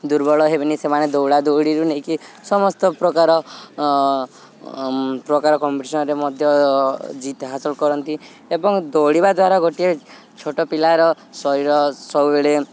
ଦୁର୍ବଳ ହେବେନି ସେମାନେ ଦୌଡ଼ା ଦୌଡ଼ିରୁ ନେଇକି ସମସ୍ତ ପ୍ରକାର ପ୍ରକାର କମ୍ପିଟିସନ୍ରେ ମଧ୍ୟ ଜିତ ହାସଲ କରନ୍ତି ଏବଂ ଦୌଡ଼ିବା ଦ୍ୱାରା ଗୋଟିଏ ଛୋଟ ପିଲାର ଶରୀର ସବୁବେଳେ